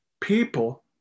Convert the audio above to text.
people